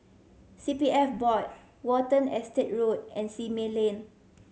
C P F Board Watten Estate Road and Simei Lane